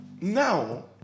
now